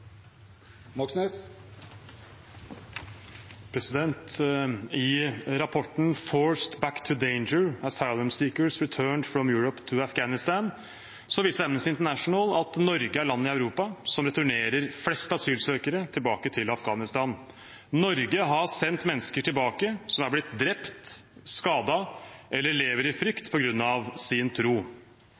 i Europa som returnerer flest asylsøkere tilbake til Afghanistan. Norge har sendt mennesker tilbake som er blitt drept, skadet eller lever i frykt på grunn av sin tro.